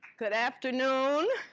good afternoon.